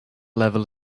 level